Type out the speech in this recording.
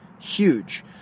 huge